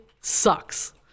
sucks